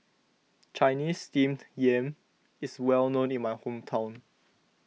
Chinese Steamed Yam is well known in my hometown